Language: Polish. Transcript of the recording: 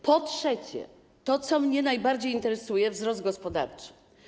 Po trzecie, to, co mnie najbardziej interesuje - wzrost gospodarczy.